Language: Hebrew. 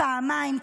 פעמיים,